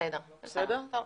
בסדר, טוב.